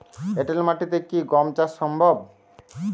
এঁটেল মাটিতে কি গম চাষ সম্ভব?